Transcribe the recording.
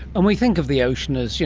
and we think of the ocean as, yeah